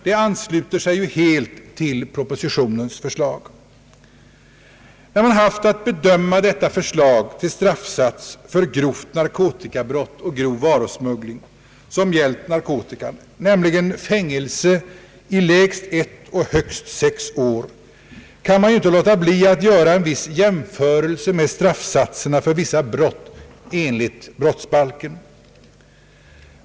Det ansluter sig helt till propositionens förslag. När man har att bedöma detta förslag till straffsats för grovt narkotikabrott och grov varusmuggling, nämligen fängelse i lägst ett och högst sex år, kan man inte låta bli att göra en jämförelse med straffsatserna för vissa brott enligt brottsbalken.